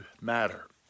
matter